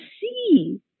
see